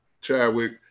Chadwick